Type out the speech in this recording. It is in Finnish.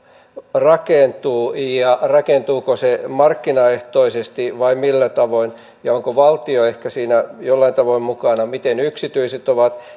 rakentuu ja rakentuuko se markkinaehtoisesti vai millä tavoin onko valtio ehkä siinä jollain tavoin mukana miten yksityiset